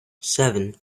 seven